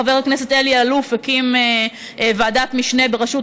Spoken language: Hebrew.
חבר הכנסת אלי אלאלוף הקים ועדת משנה בראשות